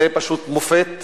זה פשוט מופת ודוגמה.